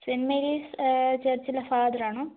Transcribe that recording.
cent Mary's ചർച്ചിലേ father ആണോ